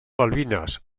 malvinas